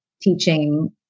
teaching